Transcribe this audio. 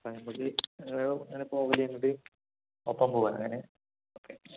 അപ്പം അല്ലെങ്കിൽ നിങ്ങൾ ഇങ്ങനെ പോകില്ല അങ്ങോട്ട് ഒപ്പം പോകാൻ അങ്ങനെ ഓക്കെ